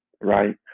right